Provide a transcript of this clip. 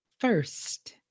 First